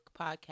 podcast